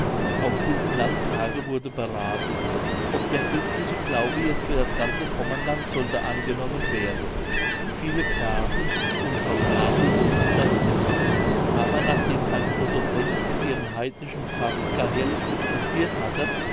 auf diesem landtage wurde berathen ob der christliche glaube jetzt für das ganze pommerland sollte angenommen werden viele grafen und von adel wollten das nicht aber nachdem st otto selbst mit ihren heidnischen pfaffen gar herrlich disputirt hatte